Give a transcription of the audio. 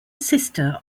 sister